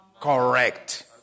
Correct